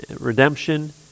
redemption